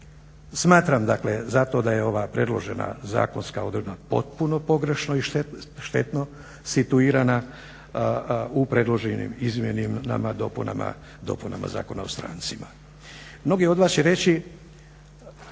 Smatram zato da je ova predložena zakonska odredba potpuno pogrešno i štetno situirana u predloženim izmjenama, dopunama Zakona o strancima. Mnogi od vas će reći